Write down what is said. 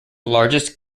largest